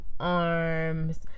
Arms